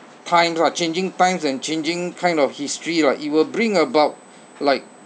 times ah changing times and changing kind of history lah it will bring about like